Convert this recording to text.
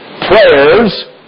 prayers